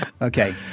okay